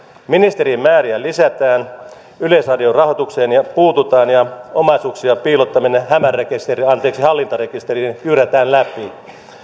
ministerien määrää lisätään yleisradion rahoitukseen puututaan ja omaisuuksien piilottaminen hämärärekisteriin anteeksi hallintarekisteriin jyrätään läpi